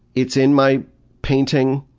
it's in my painting,